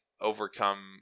overcome